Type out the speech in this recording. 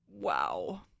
Wow